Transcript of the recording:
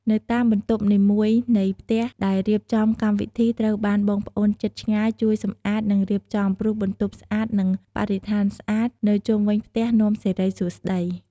នៅតាមបន្ទប់នីមួយនៃផ្ទះដែលរៀបចំកម្មវិធីត្រូវបានបងប្អូនជិតឆ្ងាយជួយសម្អាតនិងរៀបចំព្រោះបន្ទប់ស្អាតនិងបរិស្ថានស្អាតនៅជុំវិញផ្ទះនាំសិរីសួស្តី។